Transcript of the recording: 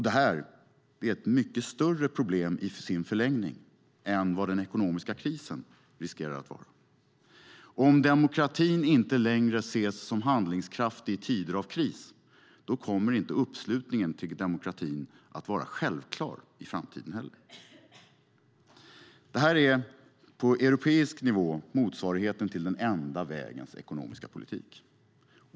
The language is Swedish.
Det är ett mycket större problem i sin förlängning än vad den ekonomiska krisen riskerar att vara. Om demokratin inte längre ses som handlingskraftig i tider av kris, då kommer inte uppslutningen bakom demokratin att vara självklar i framtiden heller. Detta är på europeisk nivå motsvarigheten till den enda vägens ekonomiska politik.